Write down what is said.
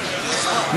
כן,